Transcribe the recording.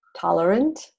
tolerant